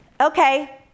Okay